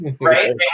right